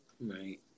Right